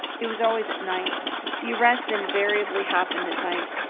it was always at night the arrests invariably happened at night.